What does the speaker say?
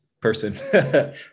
person